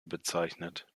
bezeichnet